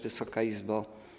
Wysoka Izbo!